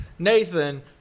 Nathan